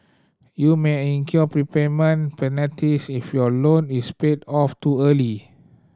you may incur prepayment penalties if your loan is paid off too early